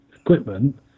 equipment